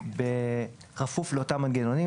ובכפוף לאותם מנגנונים.